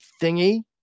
thingy